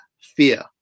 fear